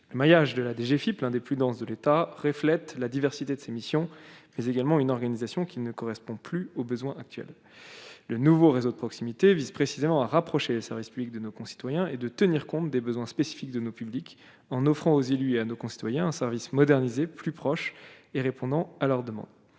maillage de la DGFIP, l'un des plus denses de l'État reflète la diversité de ces missions, mais également une organisation qui ne correspond plus aux besoins actuels, le nouveau réseau de proximité vise précisément à rapprocher ça reste public de nos concitoyens et de tenir compte des besoins spécifiques de nos publics en offrant aux élus et à nos concitoyens un service modernisé, plus proche et répondant à leur demande,